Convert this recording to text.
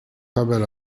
haber